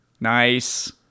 Nice